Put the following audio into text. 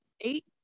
Eight